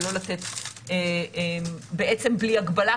ולא לתת בעצם בלי הגבלה,